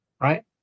right